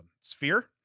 sphere